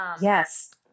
yes